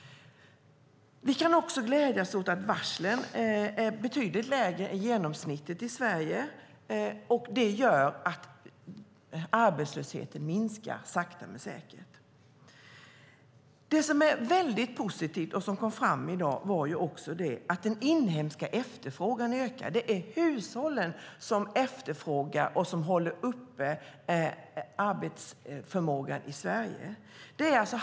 Vi kan också glädja oss åt att varslen i Sverige är betydligt färre än genomsnittet. Det gör att arbetslösheten minskar sakta men säkert. Något positivt som också kom fram i dag är att den inhemska efterfrågan ökar. Det är hushållen som efterfrågar och håller uppe arbetsförmågan i Sverige.